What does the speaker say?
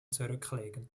zurücklegen